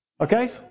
okay